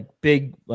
big